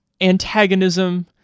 antagonism